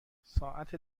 ساعت